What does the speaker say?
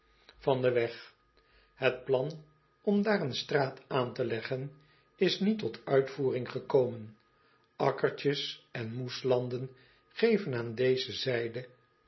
eel den weg et plan om daar een straat aan te leggen is niet tot uitvoering gekomen kkertjes en moeslanden geven aan deze zijde